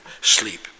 sleep